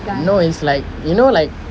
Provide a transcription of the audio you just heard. no it's like you know like